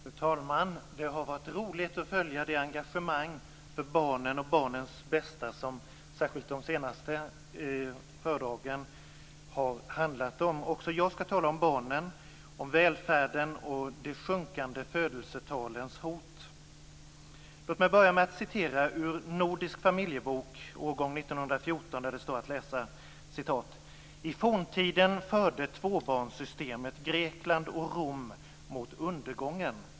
Fru talman! Det har varit roligt att följa det engagemang för barnen och barnens bästa som särskilt de senaste föredragen har handlat om. Även jag skall tala om barnen, om välfärden och om de sjunkande födelsetalens hot. Låt mig börja med att citera ur Nordisk familjebok, årgång 1914, där det står att läsa: "I forntiden förde tvåbarnssystemet Grekland och Rom mot undergången.